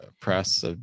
press